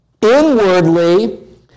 inwardly